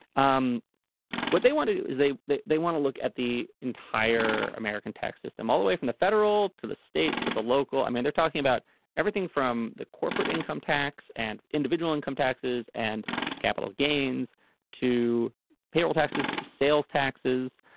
um what they want to do is they they they want to look at the entire american tax system all the way from the federal to the state to the local. i mean they're talking about everything from the corporate income tax and individual income taxes and capital gains to payroll taxes to sales taxes.